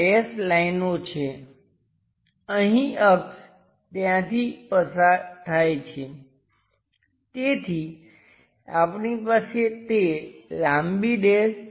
ઉપરનાં દેખાવ પરથી આ સ્લોટ અહીં બનાવવાનો છે સ્લોટ આપણે અહીં જોઈશું પરંતુ ઉપરના દેખાવમાં આપણે સર્કલ જેવું કંઈક જોઈ રહ્યા છીએ